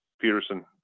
Peterson